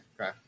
Okay